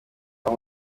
aho